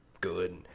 good